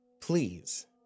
please